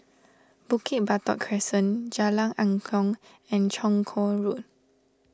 Bukit Batok Crescent Jalan Angklong and Chong Kuo Road